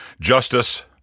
justice